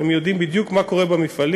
הם יודעים בדיוק מה קורה במפעלים.